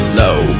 low